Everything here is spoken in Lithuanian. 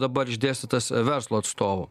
dabar išdėstytas verslo atstovų